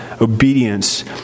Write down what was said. Obedience